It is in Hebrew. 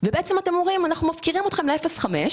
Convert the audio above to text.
ובעצם אתם אומרים שאנחנו מפקירים אתכם ל-0.5,